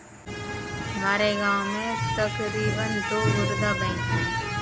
हमारे गांव में तकरीबन दो खुदरा बैंक है